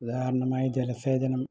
ഉദാഹരണമായി ജലസേചനം